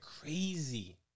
crazy